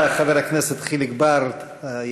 הצעת חוק חופשה שנתית (תיקון,